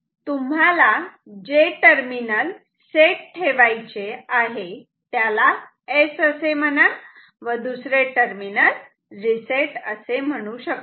तुम्हाला जे terminal set ठेवायचे त्याला S असे म्हणा व दुसरे टर्मिनल रिसेट असे म्हणू शकतात